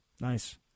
Nice